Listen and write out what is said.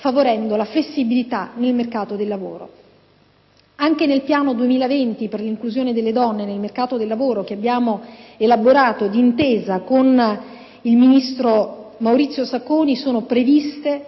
favorendo la flessibilità nel mercato del lavoro. Anche nel piano "Italia 2020" per l'inclusione delle donne nel mercato del lavoro, che abbiamo elaborato d'intesa con il ministro Maurizio Sacconi, sono previste